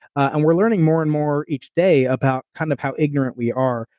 and we're learning more and more each day about kind of how ignorant we are,